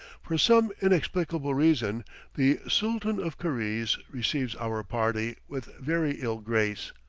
for some inexplicable reason the sooltan of karize receives our party with very ill grace.